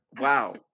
wow